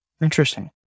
interesting